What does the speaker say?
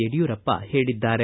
ಯಡಿಯೂರಪ್ಪ ಹೇಳಿದ್ದಾರೆ